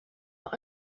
but